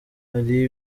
hari